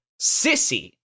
Sissy